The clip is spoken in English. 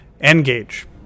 Engage